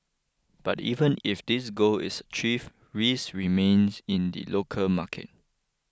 but even if this goal is achieve risk remains in the local market